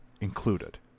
included